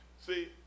see